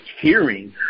hearing